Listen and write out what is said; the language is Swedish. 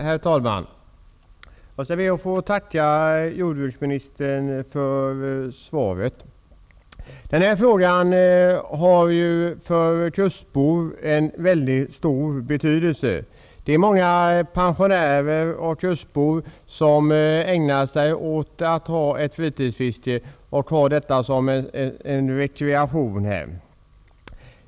Herr talman! Jag ber att få tacka jordbruksministern för svaret. Den här frågan har en mycket stor betydelse för kustbor. Det är många pensionärer och kustbor som ägnar sig åt fritidsfiske som rekreation.